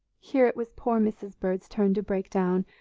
here it was poor mrs. bird's turn to break down,